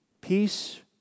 Peace